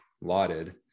lauded